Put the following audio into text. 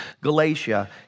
Galatia